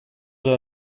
her